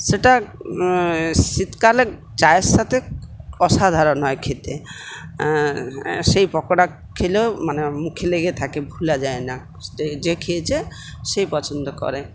সেটা শীতকালে চায়ের সাথে অসাধারণ হয় খেতে সেই পকোড়া খেলেও মানে মুখে লেগে থাকে ভোলা যায় না যে খেয়েছে সে পছন্দ করে